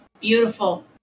beautiful